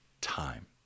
time